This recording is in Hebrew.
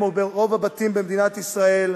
כמו ברוב הבתים במדינת ישראל: